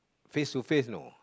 face to face know